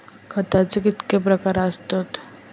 खताचे कितके प्रकार असतत?